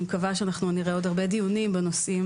אני מקווה שנראה עוד הרבה דיונים בנושאים